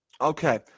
Okay